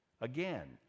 again